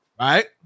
right